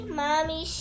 mommy